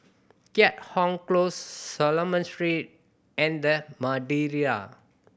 Keat Hong Close Solomon Street and The Madeira